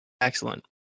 Excellent